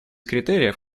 критериев